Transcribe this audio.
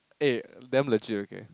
eh damn legit okay